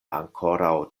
ankoraŭ